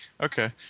okay